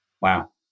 Wow